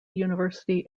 university